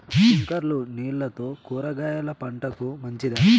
స్ప్రింక్లర్లు నీళ్లతో కూరగాయల పంటకు మంచిదా?